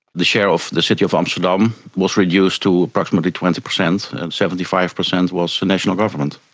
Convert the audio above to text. the share of the city of amsterdam was reduced to approximately twenty percent, and seventy five percent was the national government,